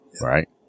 Right